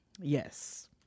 Yes